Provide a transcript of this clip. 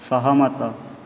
ସହମତ